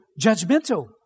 judgmental